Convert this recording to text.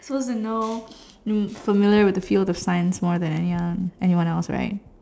supposed to know um familiar with the field of science more than anyone uh anyone else right